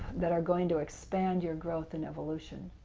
that are going to expand your growth and evolution,